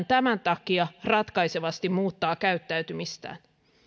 tämän takia ratkaisevasti muuttavat käyttäytymistään